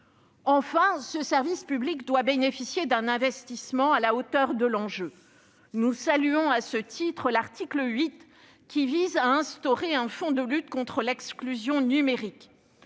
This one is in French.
Ensuite, ce service public doit bénéficier d'un investissement à la hauteur de l'enjeu. Nous saluons à ce titre l'article 8, qui vise à instaurer un fonds de lutte contre l'exclusion numérique.